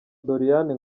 doriane